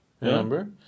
remember